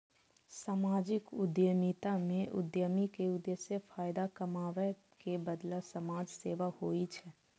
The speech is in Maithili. सामाजिक उद्यमिता मे उद्यमी के उद्देश्य फायदा कमाबै के बदला समाज सेवा होइ छै